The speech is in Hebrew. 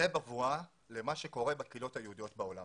זאת בבואה למה שקורה בקהילות היהודית בעולם.